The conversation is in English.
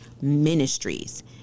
ministries